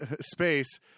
space